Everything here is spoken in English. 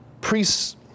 priests